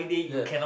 yes